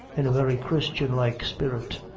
in a very christian-like spirit,